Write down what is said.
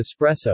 espresso